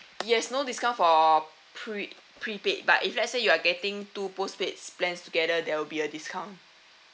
yes no discount for pre~ prepaid but if let's say you're getting two postpaids plans together there will be a discount